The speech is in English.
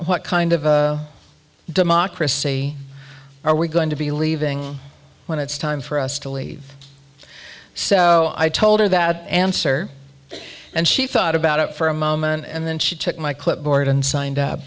what kind of democracy are we going to be leaving when it's time for us to leave so i told her that answer and she thought about it for a moment and then she took my clipboard and signed